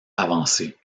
avancé